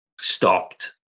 stopped